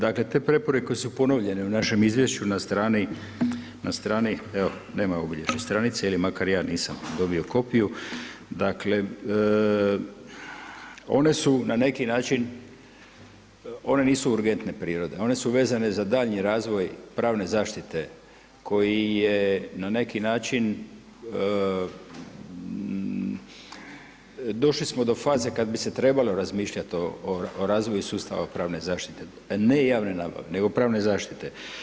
Dakle te preporuke su ponovljene u našem izvješću na strani, evo nema obilježja stranice ili makar ja nisam dobio kopiju, dakle one nisu urgentne prirode, one su vezane za daljnji razvoj pravne zaštite koji je na neki način došli smo do faze kada bismo trebali razmišljati o razvoju sustava pravne zaštite, ne javne nabave nego pravne zaštite.